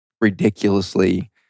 ridiculously